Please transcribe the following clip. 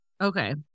Okay